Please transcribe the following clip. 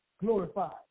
glorified